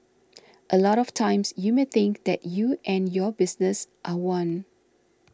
a lot of times you may think that you and your business are one